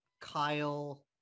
Kyle